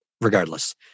regardless